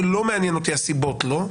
ולא מעניינות אותי הסיבות לו,